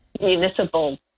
municipal